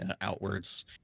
outwards